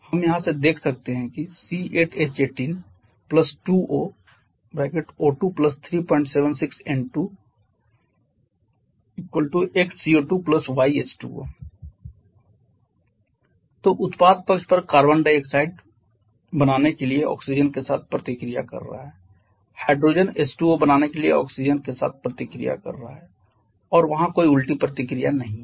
हम यहाँ से देख सकते हैं कि C8H18 2O O2 376 N2 🡪 x CO2 y H2O तो उत्पाद पक्ष पर कार्बन कार्बन डाइऑक्साइड बनाने के लिए ऑक्सीजन के साथ प्रतिक्रिया कर रहा है हाइड्रोजन H2O बनाने के लिए ऑक्सीजन के साथ प्रतिक्रिया कर रहा है और वहा कोई उल्टी प्रतिक्रिया नहीं है